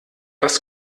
was